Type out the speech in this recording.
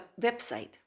website